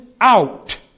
out